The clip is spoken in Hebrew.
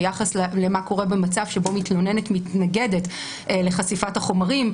ביחס למה קורה במצב שבו מתלוננת מתנגדת לחשיפת החומרים